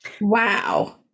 Wow